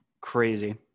crazy